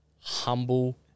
humble